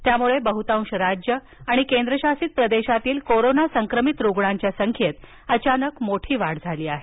त्यामुळे बहुतांश राज्य आणि केंद्रशासित प्रदेशातील कोरोना संक्रमित रुग्णांच्या संख्येत अचानक मोठी वाढ झाली आहे